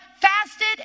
fasted